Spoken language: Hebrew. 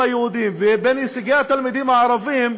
היהודים ובין הישגי התלמידים הערבים,